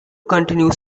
continue